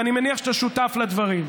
ואני מניח שאתה שותף לדברים.